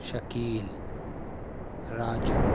Shakeel Raju